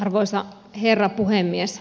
arvoisa herra puhemies